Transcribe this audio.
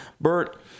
Bert